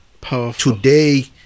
Today